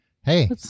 Hey